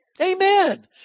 Amen